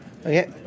Okay